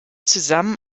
zusammen